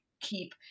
keep